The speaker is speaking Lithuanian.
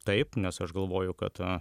taip nes aš galvoju kad